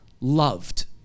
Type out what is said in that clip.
loved